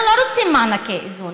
אנחנו לא רוצים מענקי איזון.